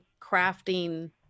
crafting